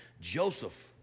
Joseph